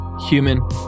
human